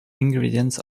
ingredients